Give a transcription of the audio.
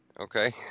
Okay